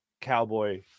Cowboy